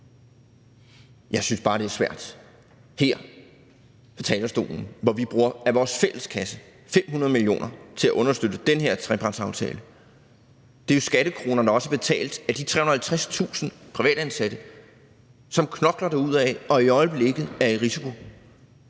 Jeg synes bare, det er svært fra talerstolen at støtte, at vi af vores fælleskasse bruger 500 mio. kr. til at understøtte den her trepartsaftale. Det er jo skattekroner, der også er betalt af de 350.000 privatansatte, som knokler derudad og i øjeblikket er i risiko